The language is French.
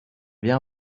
bien